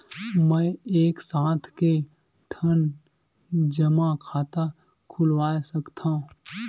मैं एक साथ के ठन जमा खाता खुलवाय सकथव?